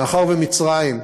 מאחר שמצרים,